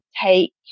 take